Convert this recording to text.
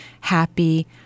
happy